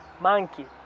Monkey